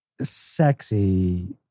sexy